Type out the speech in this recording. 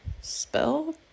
spell